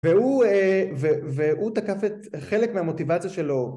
והוא, אה... ו-והוא תקף את, חלק מהמוטיבציה שלו...